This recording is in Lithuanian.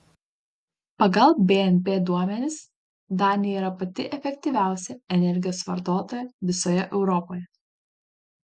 pagal bnp duomenis danija yra pati efektyviausia energijos vartotoja visoje europoje